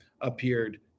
appeared